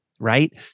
Right